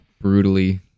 brutally